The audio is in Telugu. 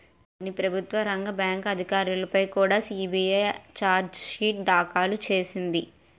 కొన్ని ప్రభుత్వ రంగ బ్యాంకు అధికారులపై కుడా సి.బి.ఐ చార్జి షీటు దాఖలు చేసింది